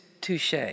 Touche